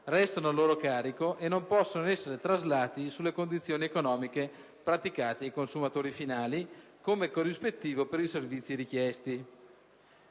restano a loro carico e non possono essere traslati sulle condizioni economiche praticate ai consumatori finali come corrispettivo per i servizi richiesti».